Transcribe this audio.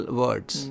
words